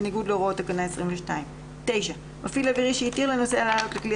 בניגוד להוראות תקנה 22. מפעיל אווירי שהתיר לנוסע לעלות לכלי